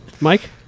Mike